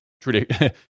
tradition